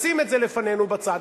נשים את זה לפנינו בצד,